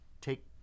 take